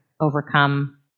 overcome